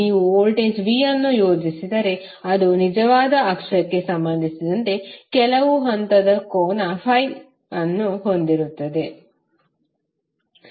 ನೀವು voltage V ಅನ್ನು ಯೋಜಿಸಿದರೆ ಅದು ನಿಜವಾದ ಅಕ್ಷಕ್ಕೆ ಸಂಬಂಧಿಸಿದಂತೆ ಕೆಲವು ಹಂತದ ಕೋನ ಫಿಅನ್ನು ಹೊಂದಿರುತ್ತದೆ